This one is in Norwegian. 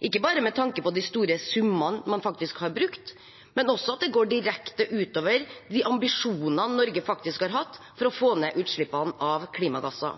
ikke bare med tanke på de store summene man faktisk har brukt, men også fordi det går direkte ut over de ambisjonene Norge har hatt for å få ned utslippene av klimagasser.